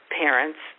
parents